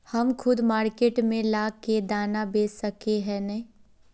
हम खुद मार्केट में ला के दाना बेच सके है नय?